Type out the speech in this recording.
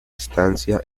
estancia